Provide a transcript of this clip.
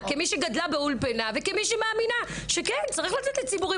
כמי שגדלה באולפנה וכמי שמאמינה שצריך לתת לציבורים